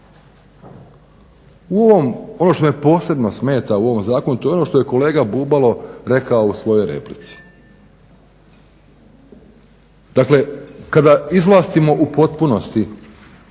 Ono što me posebno smeta u ovom zakonu to je ono što je kolega Bubalo rekao u svojoj replici. Dakle, kada izvlastimo u potpunosti